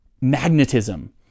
magnetism